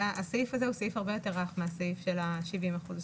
הסעיף הזה הוא סעיף הרבה יותר רך מהסעיף של ה-70 אחוזים.